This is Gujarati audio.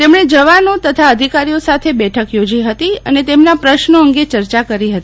તેમણે જવાનો તથા અધિકારીઓ સાથે બેઠક યોજી હતી અને તેમના પ્રશ્નો અંગે ચર્ચા કરી હતી